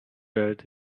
beard